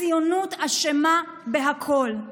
הציונות אשמה בכול: